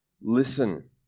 Listen